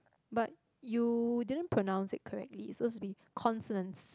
but you didn't pronounce it correctly it's suppose to be consonance